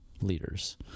leaders